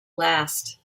last